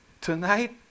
tonight